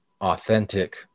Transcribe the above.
authentic